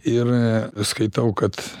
ir skaitau kad